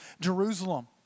Jerusalem